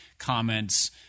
comments